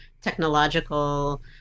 technological